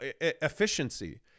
efficiency